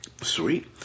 Sweet